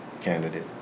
candidate